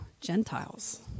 Gentiles